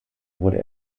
wurde